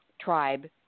tribe